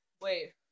Wait